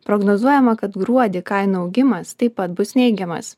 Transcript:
prognozuojama kad gruodį kainų augimas taip pat bus neigiamas